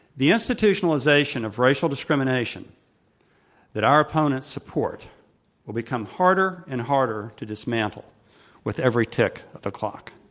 the institutionalization of racial discrimination that our opponents support will become harder and harder to dismantle with every tick of the clock.